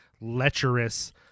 lecherous